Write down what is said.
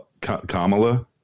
Kamala